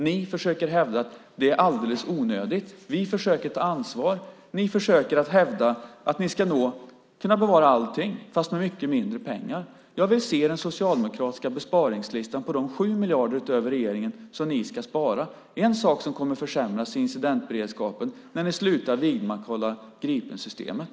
Ni försöker hävda att det är alldeles onödigt. Vi försöker ta ansvar. Ni försöker hävda att ni ska kunna behålla allt, fast med mycket mindre pengar. Jag vill se den socialdemokratiska besparingslistan på de 7 miljarder som ni ska spara mer än regeringen. En sak som kommer att försämras är incidentberedskapen när ni slutar vidmakthålla Gripensystemet.